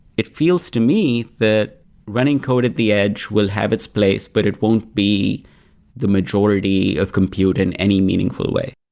it feels to me that running code at the edge will have its place, but it won't be the majority of compute in any meaningful way